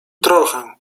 trochę